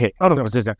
okay